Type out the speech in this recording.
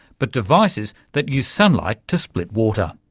but devices that use sunlight to split water.